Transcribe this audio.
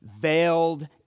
veiled